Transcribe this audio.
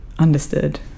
understood